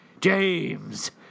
James